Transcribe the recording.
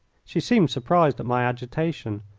she seemed surprised at my agitation.